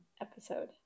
episode